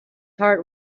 heart